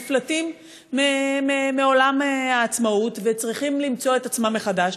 נפלטים מעולם העצמאות וצריכים למצוא את עצמם מחדש.